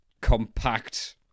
compact